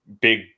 big